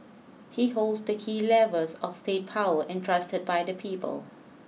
he holds the key levers of state power entrusted by the people